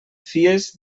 fies